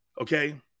okay